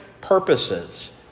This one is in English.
purposes